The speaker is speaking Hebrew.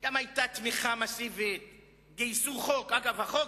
גם היתה תמיכה מסיבית ביישום חוק.